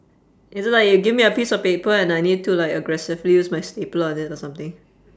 is it like you give me a piece of paper and I need to like aggressively use my stapler on it or something